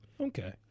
Okay